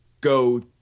go